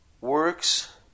works